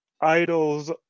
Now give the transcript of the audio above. idols